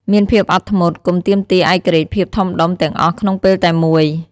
មានភាពអត់ធ្មត់ កុំទាមទារឯករាជ្យភាពធំដុំទាំងអស់ក្នុងពេលតែមួយ។